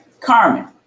Carmen